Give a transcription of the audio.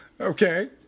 Okay